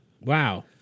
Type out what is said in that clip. Wow